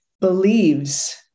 believes